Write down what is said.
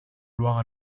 loire